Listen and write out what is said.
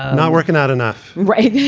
not working out enough. right.